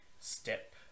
step